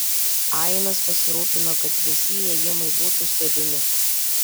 ainas pasirūpino kad visi įėjimai būtų stebimi